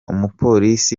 umupolisi